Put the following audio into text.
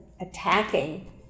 attacking